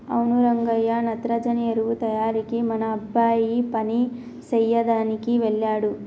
అవును రంగయ్య నత్రజని ఎరువు తయారీకి మన అబ్బాయి పని సెయ్యదనికి వెళ్ళాడు